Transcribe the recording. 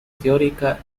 teórica